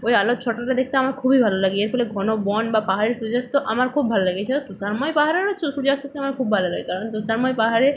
ওই আলোর ছটাটা দেখতে আমার খুবই ভালো লাগে এর ফলে ঘন বন বা পাহাড়ের সূর্যাস্ত আমার খুব ভাল লাগে এছাড়া তুষারময় পাহাড়েরও হচ্ছে সূর্যাস্ত দেখতে আমার খুব ভালো লাগে কারণ তুষারময় পাহাড়ে